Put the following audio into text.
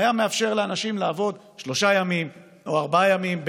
והייתה מאפשרת לאנשים לעבוד שלושה ימים או ארבעה ימים,